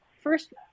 First